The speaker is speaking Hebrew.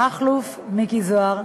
מכלוף מיקי זוהר,